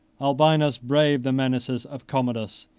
albinus braved the menaces of commodus,